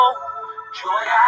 Joy